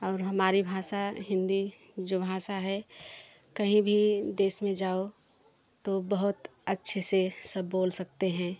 और हमारी भाषा हिंदी जो भाषा है कहीं भी देश में जाओ तो बहुत अच्छे से सब बोल सकते हैं